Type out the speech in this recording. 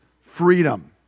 freedom